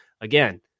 again